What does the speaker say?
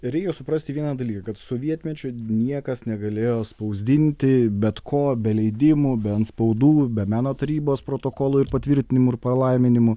reikia suprasti vieną dalyką kad sovietmečiu niekas negalėjo spausdinti bet ko be leidimų be antspaudų be meno tarybos protokolų ir patvirtinimų ir palaiminimų